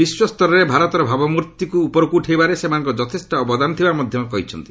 ବିଶ୍ୱସ୍ତରରେ ଭାରତର ଭାବମୂର୍ତ୍ତିକୁ ଉପରକୁ ଉଠାଇବାରେ ସେମାନଙ୍କର ଯଥେଷ୍ଟ ଅବାଦନ ଥିବା ଶ୍ରୀ ମୋଦି କହିଛନ୍ତି